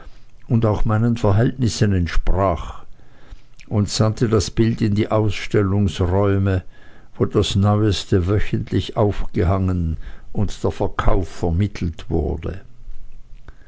und auch meinen verhältnissen entsprach und sandte das bild in die ausstellungsräume wo das neueste wöchentlich aufgehangen und der verkauf vermittelt wurde